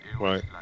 right